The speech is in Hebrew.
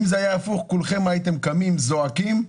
אם זה היה הפוך, כולכם הייתם קמים, זועקים.